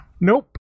Nope